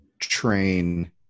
train